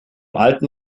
alten